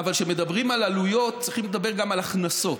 אבל כשמדברים על עלויות צריך לדבר גם על הכנסות,